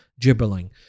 gibberling